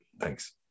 Thanks